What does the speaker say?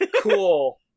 Cool